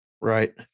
Right